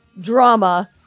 drama